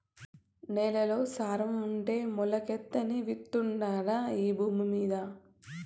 నేల్లో సారం ఉంటే మొలకెత్తని విత్తుండాదా ఈ భూమ్మీద